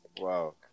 Wow